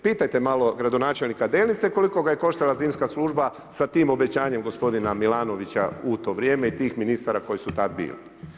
Pitajte malo gradonačelnika Delnica koliko ga je koštala zimska služba sa tim obećanjem gospodina Milanovića u to vrijeme i tih ministara koji su tada bil.